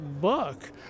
book